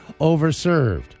overserved